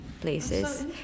places